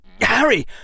harry